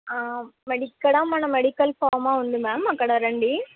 మరిక్కడ మన medical pharma ఉంది ma'am అక్కడ రండి